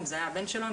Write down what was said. אם זה היה הבן שלו,